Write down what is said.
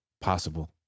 Possible